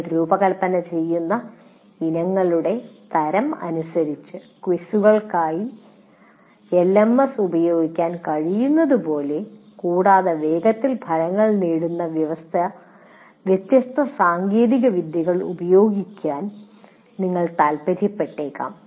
നിങ്ങൾ രൂപകൽപ്പന ചെയ്യുന്ന ഇനങ്ങളുടെ തരം അനുസരിച്ച് ക്വിസുകൾക്കായി എൽഎംഎസ് ഉപയോഗിക്കാൻ കഴിയുന്നതുപോലെ കൂടാതെ വേഗത്തിൽ ഫലങ്ങൾ നേടുന്ന വ്യത്യസ്ത സാങ്കേതികവിദ്യകൾ ഉപയോഗിക്കാൻ നിങ്ങൾ താൽപ്പര്യപ്പെട്ടേക്കാം